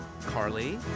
Carly